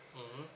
mmhmm